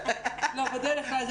מלינובסקי.